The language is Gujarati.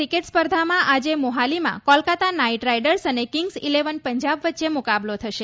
ક્રિકેટ સ્પર્ધામાં આજે મોહાલીમાં કોલકતા નાઈટ રાઈડર્સ અને કિંગ્સ ઈલેવન પંજાબ વચ્ચે મુકાબલો થશે